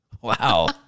Wow